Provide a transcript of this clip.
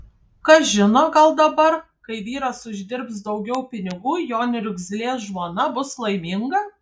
kas žino gal dabar kai vyras uždirbs daugiau pinigų jo niurzglė žmona bus laiminga